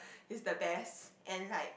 is the best and like